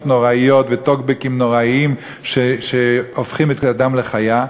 נוראיות וטוקבקים נוראיים שהופכים את האדם לחיה?